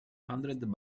hundred